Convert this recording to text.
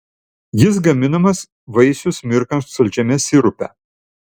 jis gaminamas vaisius mirkant saldžiame sirupe